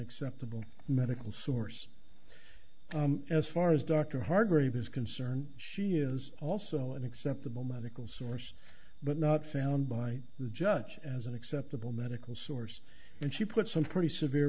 acceptable medical source as far as dr hargrave is concerned she is also an acceptable medical source but not found by the judge as an acceptable medical source and she put some pretty severe